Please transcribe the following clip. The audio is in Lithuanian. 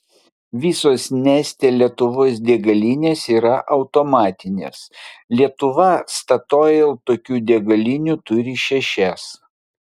visos neste lietuvos degalinės yra automatinės lietuva statoil tokių degalinių turi šešias